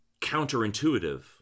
counterintuitive